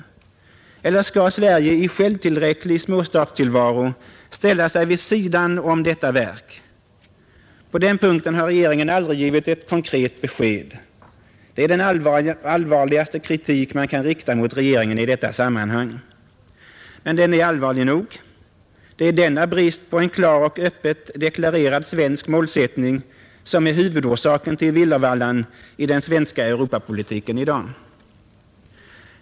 Eller skall Sverige i en självtillräcklig småstatstillvaro ställa sig vid sidan om detta verk? På den punkten har regeringen aldrig givit ett konkret besked. Det är den allvarligaste kritik man kan rikta mot regeringen i detta sammanhang. Men den är allvarlig nog. Det är denna brist på en klar och öppet deklarerad svensk målsättning som är huvudorsaken till villervallan i den svenska Europapolitiken i dag.